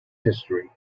history